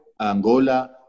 Angola